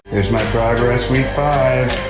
here's my progress five.